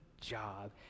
job